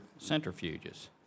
centrifuges